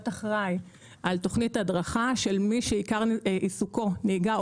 להיות אחראי על תוכנית הדרכה של מי שעיקר עיסוקו נהיגה,